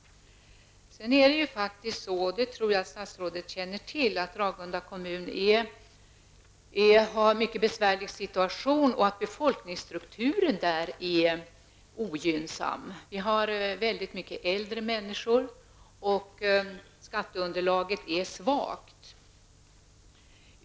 Ragunda kommun befinner sig i en mycket besvärlig situation, och det tror jag att statsrådet känner till, och befolkningsstrukturen är ogynnsam. Vi har väldigt många äldre människor, och skatteunderlaget är svagt.